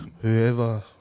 whoever